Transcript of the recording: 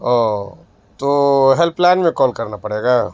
اوہ helpline میں call کرنا پڑے گا